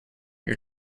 your